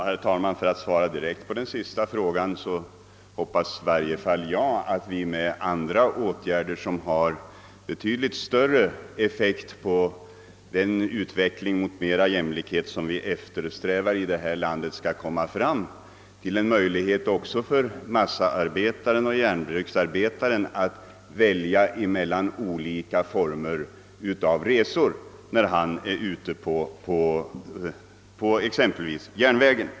Herr talman! För att svara direkt på den sista frågan vill jag säga att i varje fall jag hoppas att vi genom andra åtgärder, som har betydligt större effekt på den utveckling mot större jämlikhet som vi eftersträvar i vårt land, skall kunna skapa en möjlighet också för massaarbetaren och järnbruksarbetaren att välja mellan olika former av resor på exemvis järnvägen.